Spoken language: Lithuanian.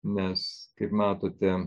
nes kaip matote